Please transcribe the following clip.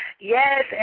Yes